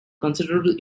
considerable